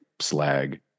slag